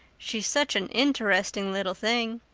she's such an interesting little thing.